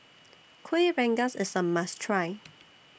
Kuih Rengas IS A must Try